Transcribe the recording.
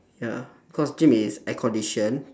ya cause gym is air conditioned